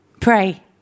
pray